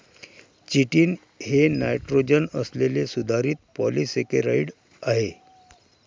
chitin हे nitrogen असलेले सुधारित पॉलिसेकेराइड आहे